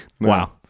Wow